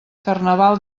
carnaval